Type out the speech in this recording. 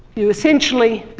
you essentially